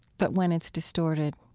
but when it's distorted,